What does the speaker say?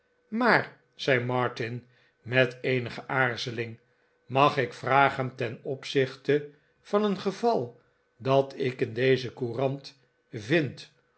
maar zei martin met eenige aarzeling mag ik vragen ten opzichte van een geval dat ik in deze courant vind